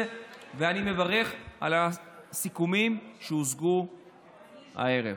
ואני מברך על הסיכומים שהושגו הערב.